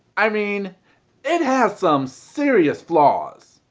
i mean it has some serious flaws.